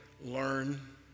learn